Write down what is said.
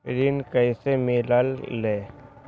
ऋण कईसे मिलल ले?